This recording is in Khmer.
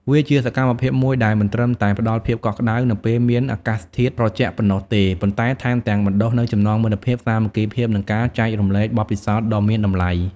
វាជាសកម្មភាពមួយដែលមិនត្រឹមតែផ្ដល់ភាពកក់ក្ដៅ នៅពេលមានអាកាសធាតុត្រជាក់ប៉ុណ្ណោះទេ ប៉ុន្តែថែមទាំងបណ្ដុះនូវចំណងមិត្តភាព សាមគ្គីភាព និងការចែករំលែកបទពិសោធន៍ដ៏មានតម្លៃ។